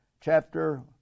chapter